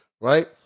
right